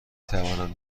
توانم